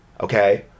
okay